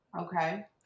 Okay